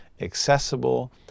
accessible